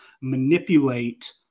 manipulate